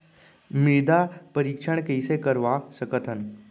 मृदा परीक्षण कइसे करवा सकत हन?